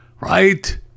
right